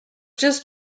just